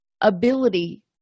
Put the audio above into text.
ability